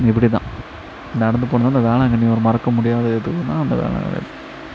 இப்படி தான் நடந்து போனதுன்னா இந்த வேளாங்கண்ணி ஒரு மறக்க முடியாத இதுன்னா இந்த வேளாங்கண்ணி